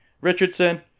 Richardson